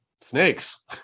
snakes